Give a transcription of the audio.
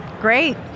Great